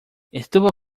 estuvo